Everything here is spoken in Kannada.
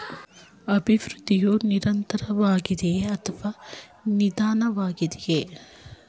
ಅಭಿವೃದ್ಧಿಯು ನಿರಂತರವಾಗಿದೆಯೇ ಅಥವಾ ನಿಧಾನವಾಗಿದೆಯೇ?